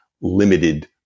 limited